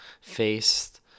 faced